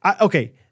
okay